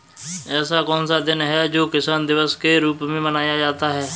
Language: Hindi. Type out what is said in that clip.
ऐसा कौन सा दिन है जो किसान दिवस के रूप में मनाया जाता है?